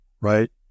Right